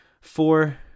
four